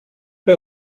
bei